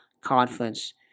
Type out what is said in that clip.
conference